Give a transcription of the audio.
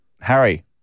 Harry